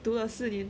读了四年